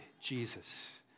Jesus